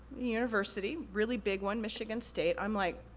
university, really big one, michigan state. i'm like,